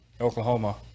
Oklahoma